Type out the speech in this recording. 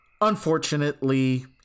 Unfortunately